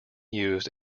used